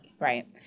Right